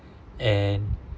and